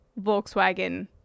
volkswagen